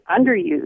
underused